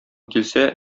килсә